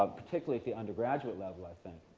um particularly at the undergraduate level, i think,